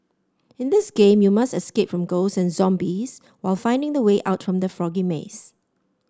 in this game you must escape from ghosts and zombies while finding the way out from the foggy maze